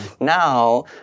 now